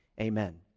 amen